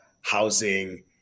housing